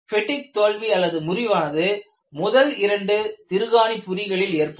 பெடிக் தோல்வி முறிவு ஆனது முதல் இரண்டு திருகாணிப்புரிகளில் ஏற்படும்